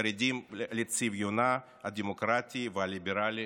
חרדים לצביונה הדמוקרטי והליברלי